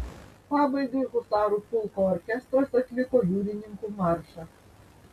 pabaigai husarų pulko orkestras atliko jūrininkų maršą